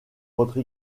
votre